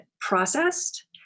processed